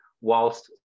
whilst